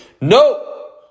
No